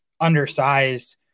undersized